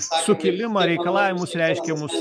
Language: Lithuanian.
sukilimą reikalavimus reiškiamus